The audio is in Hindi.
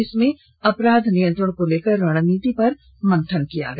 इसमें अपराध नियत्रंण को लेकर रणनीति पर मंथन किया गया